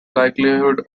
likelihood